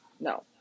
No